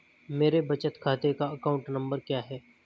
मेरे बचत खाते का अकाउंट नंबर क्या है?